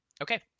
Okay